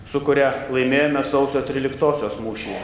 su kuria laimėjome sausio tryliktosios mūšy